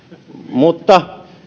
mutta